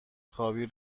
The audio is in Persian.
خوابی